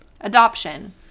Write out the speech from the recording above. adoption